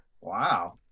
Wow